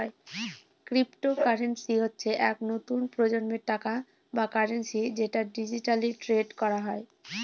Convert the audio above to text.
cryptocurrency হচ্ছে এক নতুন প্রজন্মের টাকা বা কারেন্সি যেটা ডিজিটালি ট্রেড করা হয়